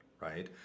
Right